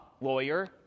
lawyer